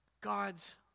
God's